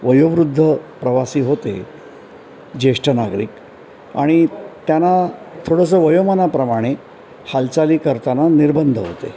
वयोवृद्ध प्रवासी होते ज्येष्ठ नागरिक आणि त्यांना थोडंसं वयोमानाप्रमाणे हालचाली करताना निर्बंध होते